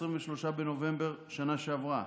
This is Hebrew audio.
ב-23 בנובמבר בשנה שעברה.